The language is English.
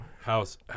House